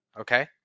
Okay